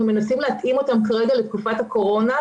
מנסים להתאים אותן כרגע לתקופת הקורונה,